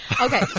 Okay